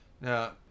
Now